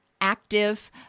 active